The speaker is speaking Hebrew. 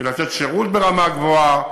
לתת שירות ברמה גבוהה,